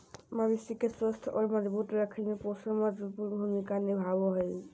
मवेशी के स्वस्थ और मजबूत रखय में पोषण महत्वपूर्ण भूमिका निभाबो हइ